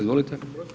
Izvolite.